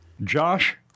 Josh